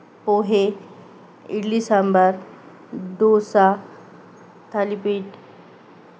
पोहे idli sambar dosa thalipeeth